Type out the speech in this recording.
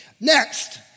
Next